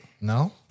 No